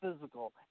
physical